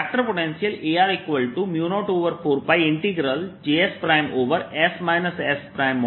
jsIδ2πsz Js dsIs2s2sds z zI vector potential Ar04πjs